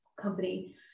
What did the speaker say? company